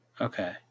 Okay